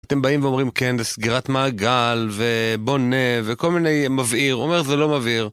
אתם באים ואומרים כן זה סגירת מעגל ובונה וכל מיני מבעיר, הוא אומר שזה לא מבעיר.